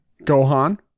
Gohan